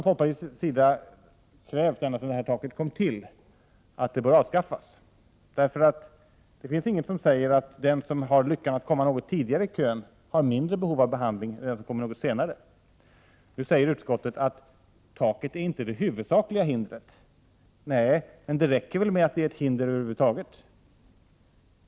Folkpartiet har, ända sedan detta tak sattes, krävt att det skall avskaffas. Det finns nämligen inget som säger att den som har lyckats komma något tidigare i kön har större behov av behandling än den som kommer något senare. Nu säger utskottsmajoriteten att taket inte är det huvudsakliga hindret. Nej, men det räcker väl med att det utgör ett hinder över huvud taget.